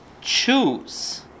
choose